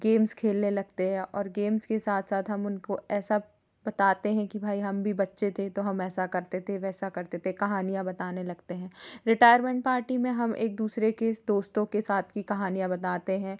games खेलने लगते हैं और गेम्स के साथ साथ हम उनको ऐसा बताते हैं कि भाई हम भी बच्चे थे तो हम ऐसा करते थे वैसा करते थे कहानियाँ बताने लगते हैं रिटायरमेंट पार्टी में हम एक दूसरे के दोस्तों के साथ की कहानियाँ बताते हैं